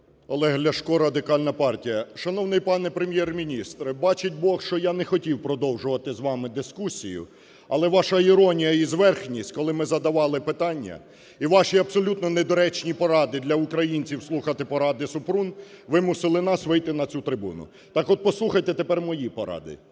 Олег Ляшко, Радикальна партія. Шановний пане Прем’єр-міністр, бачить Бог, що я не хотів продовжувати з вами дискусію, але ваша іронія і зверхність, коли ми задавали питання, і ваші абсолютно недоречні поради для українців слухати поради Супрун вимусили нас вийти на цю трибуну. Так от, послухайте тепер мої поради.